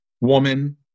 woman